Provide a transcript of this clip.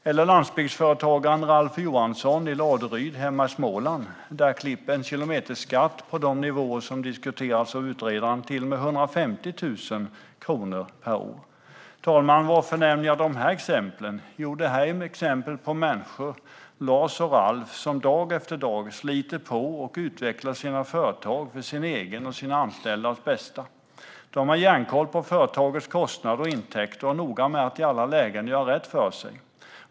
För landsbygdsföretagaren Ralf Johansson i Laduryd hemma i Småland klipper en kilometerskatt, på de nivåer som utredaren diskuterar, till med 150 000 kronor per år. Herr talman! Varför nämner jag de här exemplen? Jo, Lars och Ralf är exempel på människor som dag efter dag sliter och utvecklar sina företag, för sitt eget och sina anställdas bästa. De har järnkoll på företagens kostnader och intäkter och är noga med att i alla lägen göra rätt för sig.